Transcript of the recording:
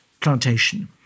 plantation